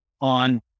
on